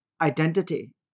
identity